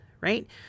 right